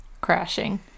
crashing